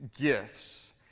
gifts